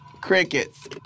Crickets